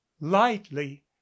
lightly